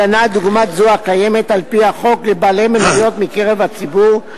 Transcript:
הגנה דוגמת זו הקיימת על-פי החוק לבעלי מניות מקרב הציבור,